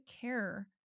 care